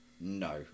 No